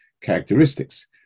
characteristics